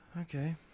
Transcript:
okay